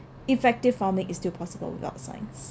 effective farming is still possible without science